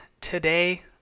today